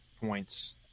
points